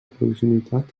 proximitat